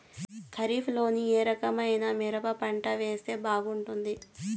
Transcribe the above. ఖరీఫ్ లో ఏ రకము మిరప పంట వేస్తే బాగుంటుంది